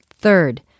Third